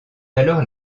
alors